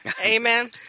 Amen